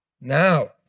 Now